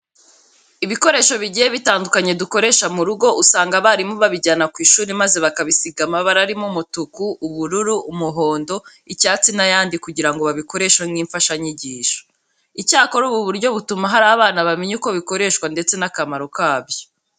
Ibikoresho bigiye bitandukanye dukoresha mu rugo, usanga abarimu babijyana ku ishuri maze bakabisiga amabara arimo umutuku, ubururu, umuhondo, icyatsi n'ayandi kugira ngo babikoreshe nk'imfashanyigisho. Icyakora ubu buryo butuma hari abana bamenya uko bikoreshwa ndetse n'akamaro kabyo.